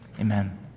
amen